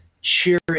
cheering